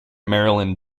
maryland